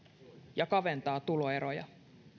ja kaventaa tuloeroja